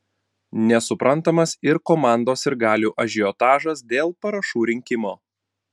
nesuprantamas ir komandos sirgalių ažiotažas dėl parašų rinkimo